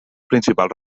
principals